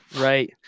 right